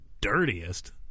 dirtiest